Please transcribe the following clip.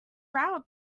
route